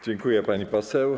Dziękuję, pani poseł.